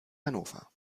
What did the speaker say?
hannover